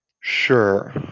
Sure